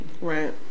Right